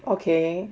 okay